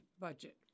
budget